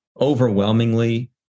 overwhelmingly